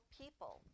people